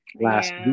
last